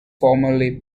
formerly